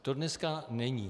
To dneska není.